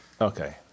Okay